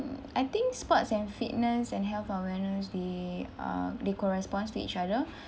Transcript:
I think sports and fitness and health awareness they are they corresponds to each other